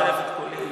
אני מצרף את קולי בעד.